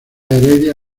heredia